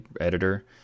editor